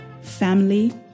family